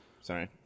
Sorry